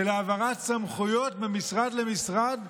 של העברת סמכויות ממשרד למשרד,